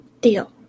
Deal